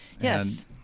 Yes